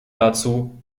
dazu